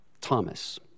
Thomas